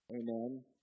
Amen